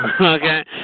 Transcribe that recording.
Okay